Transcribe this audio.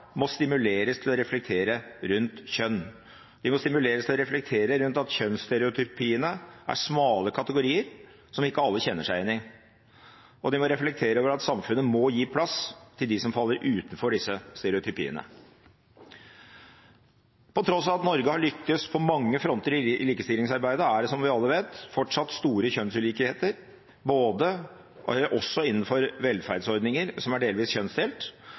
må stimuleres til å reflektere rundt kjønn. De må stimuleres til å reflektere rundt at kjønnsstereotypiene er smale kategorier som ikke alle kjenner seg igjen i, og de må reflektere over at samfunnet må gi plass til dem som faller utenfor disse stereotypiene. På tross av at Norge har lyktes på mange fronter i likestillingsarbeidet, er det – som vi alle vet – fortsatt store kjønnsulikheter, også innenfor velferdsordninger som er delvis kjønnsdelt.